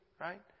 right